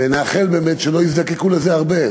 ונאחל באמת שלא יזדקקו לזה הרבה.